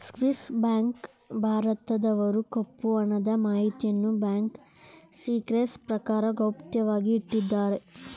Swiss bank ಭಾರತದವರ ಕಪ್ಪು ಹಣದ ಮಾಹಿತಿಯನ್ನು ಬ್ಯಾಂಕ್ ಸಿಕ್ರೆಸಿ ಪ್ರಕಾರ ಗೌಪ್ಯವಾಗಿ ಇಟ್ಟಿದ್ದಾರೆ